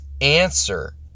answer